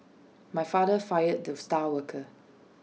my father fired the star worker